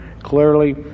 Clearly